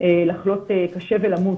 לחלות קשה ולמות.